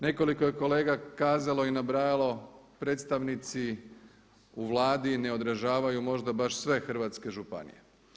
Nekoliko je kolega kazalo i nabrajalo predstavnici u Vladi ne odražavaju možda baš sve hrvatske županije.